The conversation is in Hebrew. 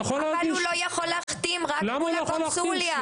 אבל הוא לא יכול להחתים, רק מול הקונסוליה.